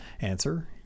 Answer